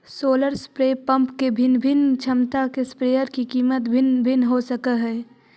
solar spray pump के भिन्न भिन्न क्षमता के स्प्रेयर के कीमत भिन्न भिन्न हो सकऽ हइ